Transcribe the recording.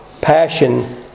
passion